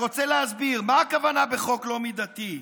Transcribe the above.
אני רוצה להסביר: מה הכוונה בחוק לא מידתי?